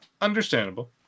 Understandable